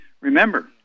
remember